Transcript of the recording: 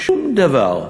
שום דבר.